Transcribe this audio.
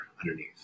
underneath